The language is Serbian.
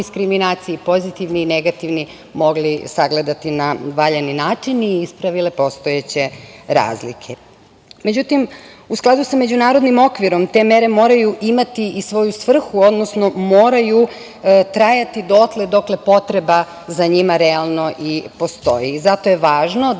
i pozitivni i negativni mogli sagledati na valjani način i ispravile postojeće razlike.Međutim, u skladu sa međunarodnim okvirom te mere moraju imati i svoju svrhu, odnosno moraju trajati dotle dokle potreba za njima realno i postoji. Zato je važno da